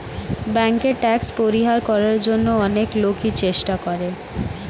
ব্যাংকে ট্যাক্স পরিহার করার জন্য অনেক লোকই চেষ্টা করে